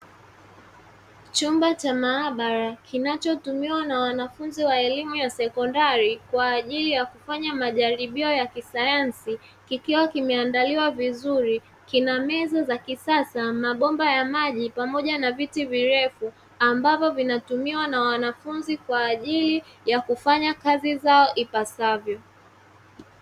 Chumba cha maabara kinachotumiwa na wanafunzi wa elimu ya sekondari kwa ajili ya kufanya majaribio ya kisayansi kikiwa kimeandaliwa vizuri kina meza za kisasa, mabomba ya maji pamoja na viti virefu ambavyo vinatumiwa na wanafunzi kwa ajili ya kufanya kazi zao ipasavyo.